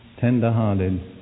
tender-hearted